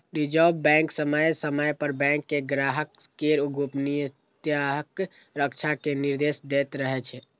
reserve bank समय समय पर बैंक कें ग्राहक केर गोपनीयताक रक्षा के निर्देश दैत रहै छै